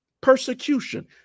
Persecution